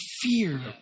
fear